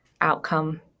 outcome